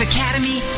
Academy